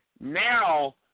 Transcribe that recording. now